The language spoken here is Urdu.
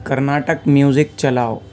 کرناٹک میوزک چلاؤ